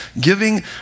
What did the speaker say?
giving